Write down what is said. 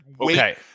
Okay